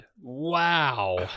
Wow